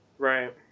Right